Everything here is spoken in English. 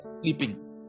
sleeping